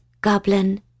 goblin